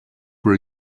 were